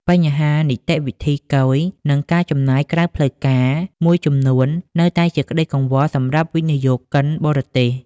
បញ្ហានីតិវិធីគយ និងការចំណាយក្រៅផ្លូវការមួយចំនួន នៅតែជាក្ដីកង្វល់សម្រាប់វិនិយោគិនបរទេស។